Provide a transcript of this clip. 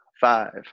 five